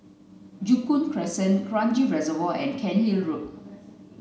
Joo Koon Crescent Kranji Reservoir and Cairnhill Road